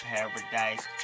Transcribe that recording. Paradise